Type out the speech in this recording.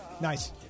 Nice